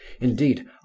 indeed